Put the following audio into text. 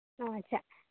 ᱟᱪᱪᱷᱟ